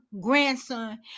grandson